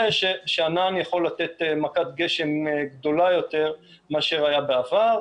שענן יכול לתת מכת גשם גדולה יותר מאשר היה בעבר.